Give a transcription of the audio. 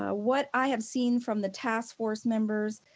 ah what i have seen from the task force members,